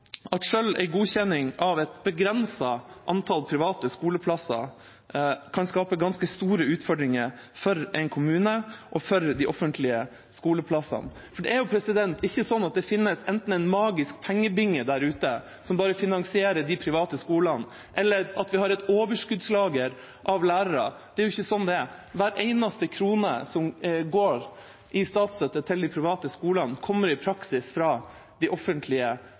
at det enten finnes en magisk pengebinge der ute som bare finansierer de private skolene, eller at vi har et overskuddslager av lærere. Det er ikke sånn det er. Hver eneste krone som går i statsstøtte til de private skolene, kommer i praksis fra de offentlige